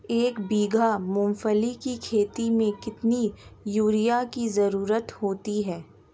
एक बीघा मूंगफली की खेती में कितनी यूरिया की ज़रुरत होती है?